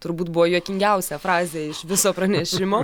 turbūt buvo juokingiausia frazė iš viso pranešimo